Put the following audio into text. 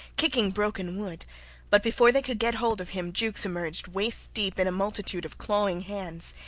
kicking broken wood but before they could get hold of him jukes emerged waist deep in a multitude of clawing hands.